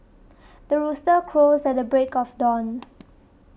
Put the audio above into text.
the rooster crows at the break of dawn